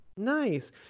Nice